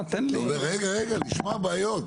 רגע, נשמע בעיות.